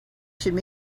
should